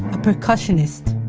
a percussionist,